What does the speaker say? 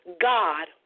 God